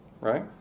Right